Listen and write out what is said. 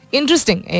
interesting